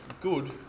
good